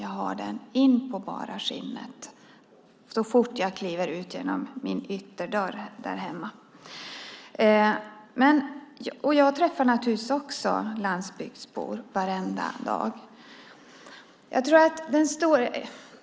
Jag har den inpå bara skinnet så fort jag kliver ut genom min ytterdörr där hemma. Jag träffar naturligtvis också landsbygdsbor varenda dag.